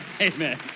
amen